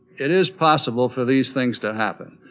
it is possible for these things to happen.